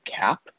cap